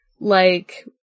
like-